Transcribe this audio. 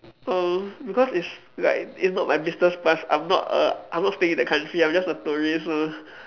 uh because it's like it's not my business plus I'm not a I'm not staying in that country I'm just a tourist so